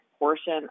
Portion